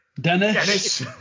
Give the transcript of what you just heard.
Dennis